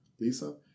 Lisa